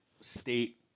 state